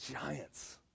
giants